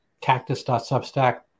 cactus.substack